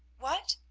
what,